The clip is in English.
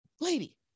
lady